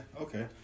Okay